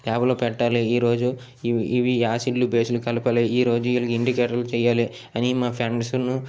ల్యాబులో పెట్టాలి ఈ రోజు ఇవి ఇవి ఆసిడ్లు బేస్లు కలపాలి ఈ రోజు ఇండికేటర్లు చేయాలి అని మా ఫ్రెండ్సును